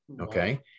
okay